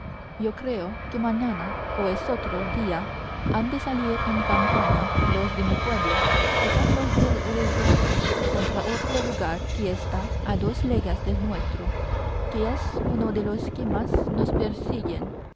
yo creo que mañana o esotro día han de salir en campaña los de mi pueblo que son los del rebuzno contra otro lugar que está a dos leguas del nuestro que es uno de los que más nos persiguen